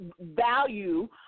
value